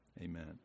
amen